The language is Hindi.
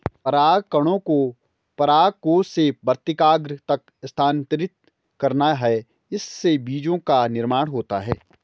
परागकणों को परागकोश से वर्तिकाग्र तक स्थानांतरित करना है, इससे बीजो का निर्माण होता है